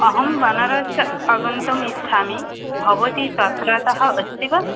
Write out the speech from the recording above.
अहं बनारस् आगन्तुम् इच्छामि भवती तत्रतः अस्ति वा